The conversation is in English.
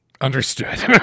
Understood